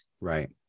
Right